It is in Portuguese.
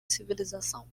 civilização